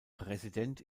präsident